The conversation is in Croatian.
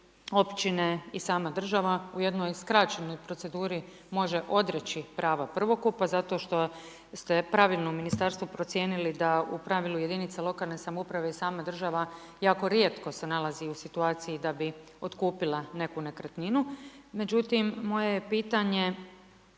općine i sama država u jednoj skraćenoj proceduri može odreći prava prvokupa zato što ste …/Govornik se ne razumije./… u Ministarstvu procijenili da u pravilu jedinice lokalne samouprave i sama država jako rijetko se nalazi u situaciji da bi otkupila neku nekretninu. Međutim, moje je pitanje